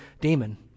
demon